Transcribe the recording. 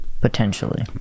Potentially